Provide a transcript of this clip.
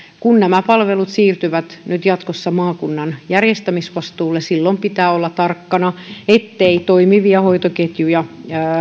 kun nämä palvelut siirtyvät nyt jatkossa maakunnan järjestämisvastuulle silloin pitää olla tarkkana ettei toimivia hoitoketjuja